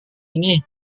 ini